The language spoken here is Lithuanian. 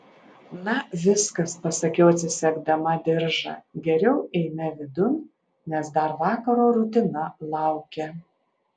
na viskas pasakiau atsisegdama diržą geriau eime vidun nes dar vakaro rutina laukia